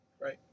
Right